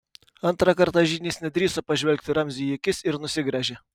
antrą kartą žynys nedrįso pažvelgti ramziui į akis ir nusigręžė